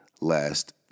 last